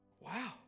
Wow